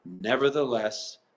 Nevertheless